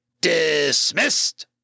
Dismissed